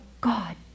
God